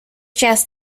just